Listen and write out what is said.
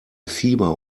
fieber